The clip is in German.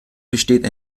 besteht